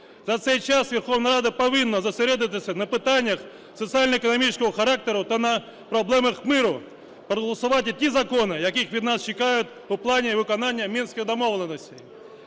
За цей час Верховна Рада повинна зосередитися на питаннях соціально-економічного характеру та на проблемах миру, проголосувати ті закони, яких від нас чекають у плані виконання Мінських домовленостей.